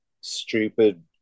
stupid